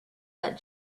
that